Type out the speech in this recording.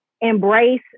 Embrace